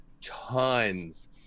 tons